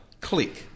Click